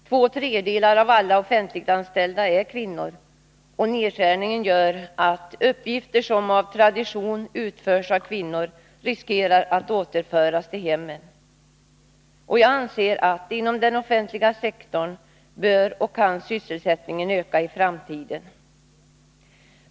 Två tredjedelar av alla offentliganställda är kvinnor, och nedskärningar gör att uppgifter som av tradition utförts av kvinnor riskerar att återföras till hemmen. Inom den offentliga sektorn bör och kan sysselsättningen öka i framtiden, anser jag.